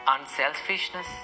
unselfishness